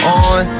on